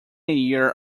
year